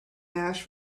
ash